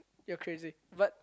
you're crazy but